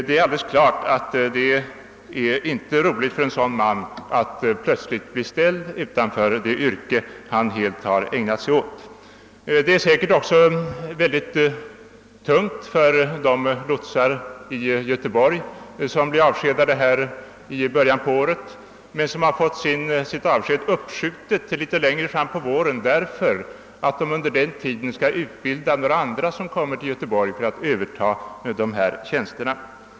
Det är klart att det inte är roligt för honom att plötsligt bli ställd utanför det yrke som han helt inriktat sig på. Det är säkert också mycket bittert för de lotsar i Göteborg som blev avskedade till i början av år 1968 men som har fått sitt avsked uppskjutet till litet längre fram på våren, därför att de under den tiden skall utbilda några andra lotsar som kommer till Göteborg för att övertaga deras tjänster.